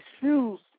shoes